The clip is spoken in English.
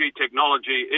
technology